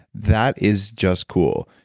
that is just cool.